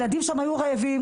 ילדים שם היו רעבים,